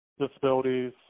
disabilities